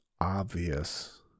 obvious